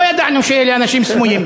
לא ידענו שאלה אנשים סמויים,